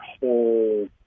whole